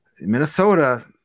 Minnesota